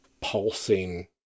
pulsing